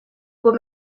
what